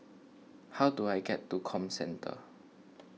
how do I get to Comcentre